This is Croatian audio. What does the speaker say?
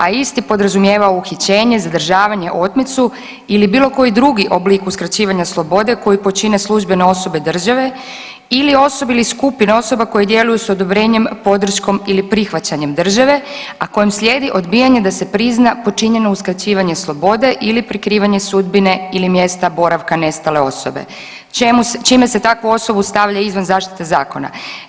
A isti podrazumijeva uhićenje, zadržavanje, otmicu ili bilo koji dugi oblik uskraćivanja slobode, koji počine službene osobe države ili osobe ili skupine osoba koje djeluju s odobrenjem, podrškom ili prihvaćanjem države, a kojem slijedi odbijanje da se prizna počinjeno uskraćivanje slobode ili prikrivanje sudbine ili mjesta boravka nestale osobe, čime se takvu osobu stavlja izvan zaštite Zakona.